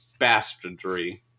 bastardry